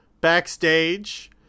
Backstage